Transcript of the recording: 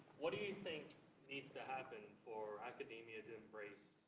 what do you think needs to happen for academia to embrace